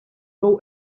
jew